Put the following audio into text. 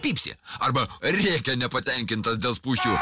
pypsi arba rėkia nepatenkintas dėl spūsčių